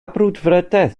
brwdfrydedd